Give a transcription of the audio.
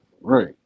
right